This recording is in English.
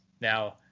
Now